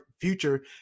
future